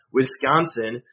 Wisconsin